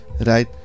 right